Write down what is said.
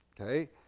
okay